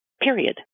period